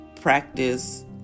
practice